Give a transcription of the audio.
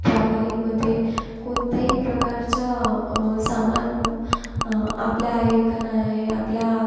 ट्रॅव्हलिंगमध्ये कोणत्याही प्रकारच्या सामान आपल्या आहे का नाही आहे आपल्या